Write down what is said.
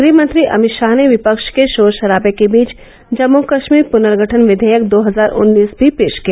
गृहमंत्री अभित शाह ने विपक्ष के शोर शराबे के बीच जम्मू कश्मीर पनर्गेठन विधेयक दो हजार उन्नीस भी पेश किया